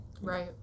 Right